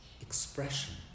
expression